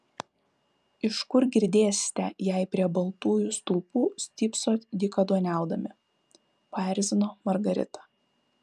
iš kur girdėsite jei prie baltųjų stulpų stypsot dykaduoniaudami paerzino margarita